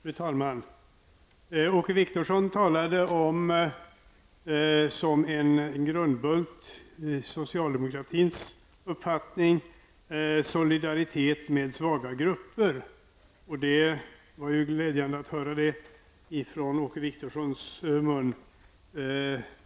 Fru talman! Åke Wictorsson talade om solidaritet med svaga grupper som en grundbult i socialdemokratins uppfattning. Det var glädjande att höra detta från Åke Wictorsson.